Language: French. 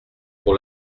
pour